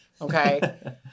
Okay